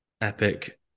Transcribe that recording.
Epic